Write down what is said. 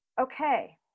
okay